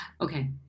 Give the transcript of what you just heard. Okay